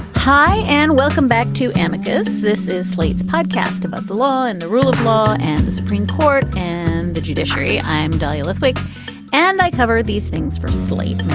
hi and welcome back to amica. this is slate's podcast about the law and the rule of law and the supreme court and the judiciary. i'm dahlia lithwick and i cover these things for slate.